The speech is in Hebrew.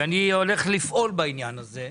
ואני הולך לפעול בעניין הזה,